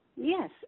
Yes